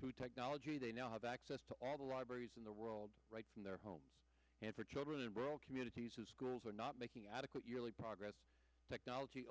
through technology they now have access to all the libraries in the world right in their homes and for children in rural communities who schools are not making adequate yearly progress technology